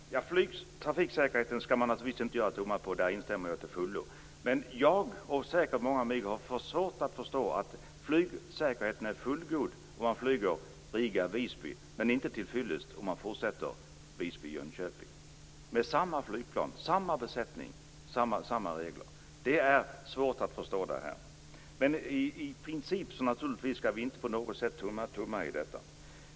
Fru talman! Flygtrafiksäkerheten skall man naturligtvis inte tumma på. Där instämmer jag till fullo. Men jag, och säkert många med mig, har svårt att förstå att flygsäkerheten är fullgod när man flyger Riga-Visby, men inte till fyllest om man fortsätter Visby-Jönköping med samma flygplan, samma besättning och samma regler. Det är svårt att förstå. I princip skall vi naturligtvis inte på något sätt tumma på säkerheten.